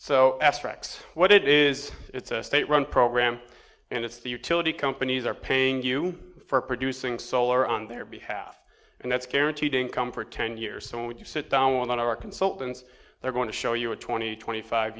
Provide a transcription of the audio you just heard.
abstract what it is it's a state run program and it's the utility companies are paying you for producing solar on their behalf and that's guaranteed income for ten years so when you sit down one on our consultants they're going to show you a twenty twenty five